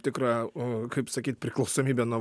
tikra o kaip sakyt priklausomybę nuo